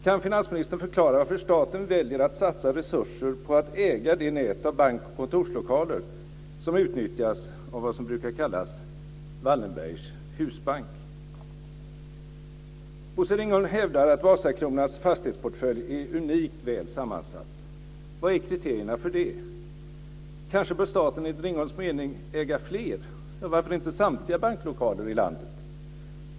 Kan finansministern förklara varför staten väljer att satsa resurser på att äga det nät av bank och kontorslokaler som utnyttjas av vad som brukar kallas Wallenbergs husbank? Bosse Ringholm hävdar att Vasakronans fastighetsportfölj är unikt väl sammansatt. Vad är kriterierna för det? Kanske bör staten enligt Ringholms mening äga fler, eller varför inte samtliga, banklokaler i landet.